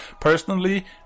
personally